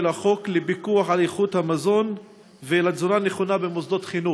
החוק לפיקוח על איכות המזון ולתזונה נכונה במוסדות חינוך,